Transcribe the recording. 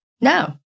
No